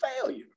failure